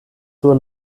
sur